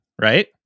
right